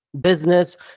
business